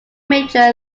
major